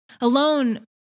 alone